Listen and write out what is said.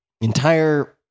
entire